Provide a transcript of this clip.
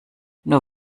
nur